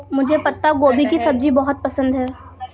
मुझे पत्ता गोभी की सब्जी बहुत पसंद है